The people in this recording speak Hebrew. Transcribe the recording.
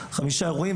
חמישה אירועים.